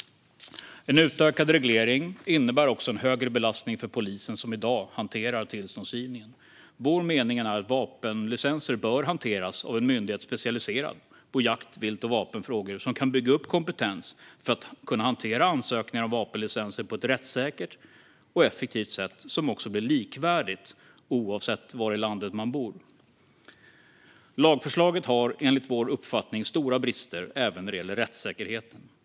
En utökad reglering innebär också en högre belastning för polisen, som i dag hanterar tillståndsgivningen. Vår mening är att vapenlicenser bör hanteras av en myndighet som är specialiserad på jakt, vilt och vapenfrågor och som kan bygga upp kompetens för att kunna hantera ansökningar om vapenlicenser på ett rättssäkert och effektivt sätt som också blir likvärdigt, oavsett var i landet man bor. Lagförslaget har enligt vår uppfattning stora brister även när det gäller rättssäkerheten.